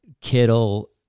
Kittle